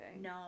No